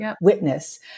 witness